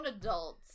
adults